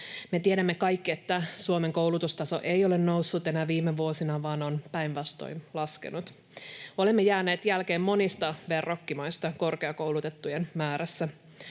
tiedämme kaikki, että Suomen koulutustaso ei ole noussut enää viime vuosina vaan on päinvastoin laskenut. Olemme jääneet jälkeen monista verrokkimaista korkeakoulutettujen määrässä.